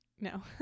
No